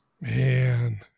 Man